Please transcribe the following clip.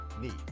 need